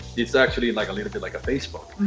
it's actually and like a little bit like a facebook.